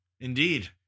Indeed